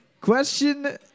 Question